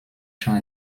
chant